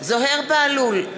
זוהיר בהלול,